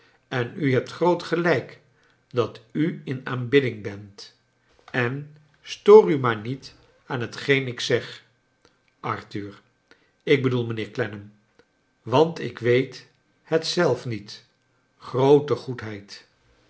en u hebt groot gelijk dat u in aanbidding bent en stoor u maar niet aan hetgeen ik zeg arthur ik bedoel mijnlieer clennam want ik weet net zelf niet groote goedheid